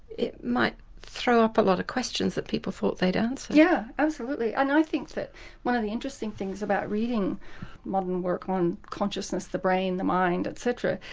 it might throw up a lot of questions that people thought they'd answered. yes, yeah absolutely. and i think that one of the interesting things about reading modern work on consciousness, the brain, the mind, etc,